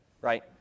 right